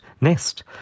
nest